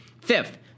Fifth